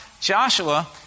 Joshua